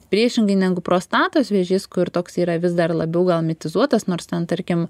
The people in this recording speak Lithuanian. priešingai negu prostatos vėžys kur toks yra vis dar labiau gal mitizuotas nors ten tarkim